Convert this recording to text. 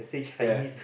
ya